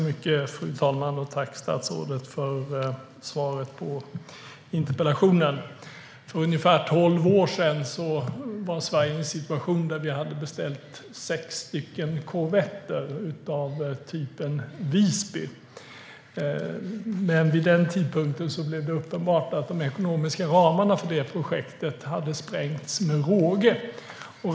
Fru talman! Tack, statsrådet, för svaret på interpellationen! För ungefär tolv år sedan befann sig Sverige i en situation där vi hade beställt sex korvetter av typen Visby. Men vid den tidpunkten blev det uppenbart att de ekonomiska ramarna för det projektet hade sprängts med råge.